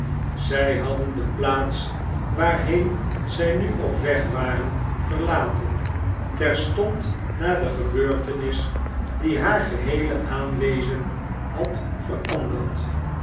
zij hadden de plaats waarheen zij nu op weg waren verlaten terstond na de gebeurtenis die haar geheele aanwezen had veranderd